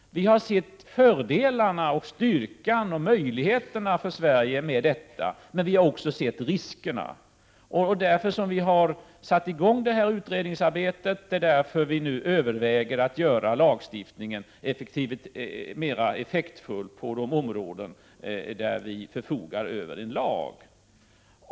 Vi har sett fördelarna, styrkan och möjligheterna för Sverige med detta, men vi har också sett riskerna. Det är därför som vi har satt i gång detta utredningsarbete, och det är därför som vi nu överväger att göra lagstiftningen mera effektiv på de områden där vi förfogar över en lag.